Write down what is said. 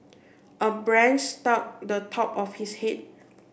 a branch stock the top of his head